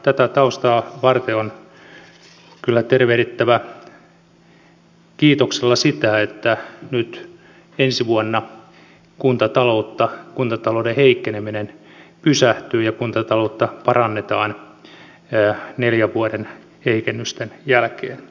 tätä taustaa vasten on kyllä tervehdittävä kiitoksella sitä että ensi vuonna kuntatalouden heikkeneminen pysähtyy ja kuntataloutta parannetaan neljän vuoden heikennysten jälkeen